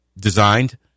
designed